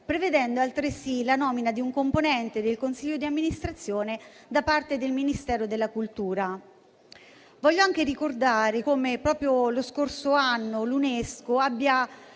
prevedendo altresì la nomina di un componente del consiglio di amministrazione da parte del Ministero della cultura. Voglio anche ricordare come, proprio lo scorso anno, l'UNESCO abbia